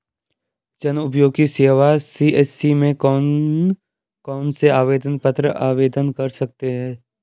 जनउपयोगी सेवा सी.एस.सी में कौन कौनसे आवेदन पत्र आवेदन कर सकते हैं?